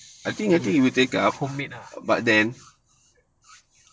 home made ah